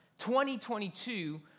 2022